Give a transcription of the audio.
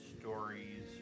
stories